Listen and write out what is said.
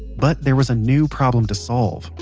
but there was a new problem to solve.